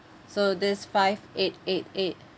so this five eight eight eight